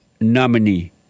nominee